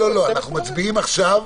נצביע עכשיו,